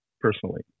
personally